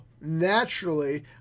naturally